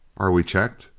are we checked?